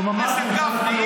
הוא ממש לקראת הסיום שלו.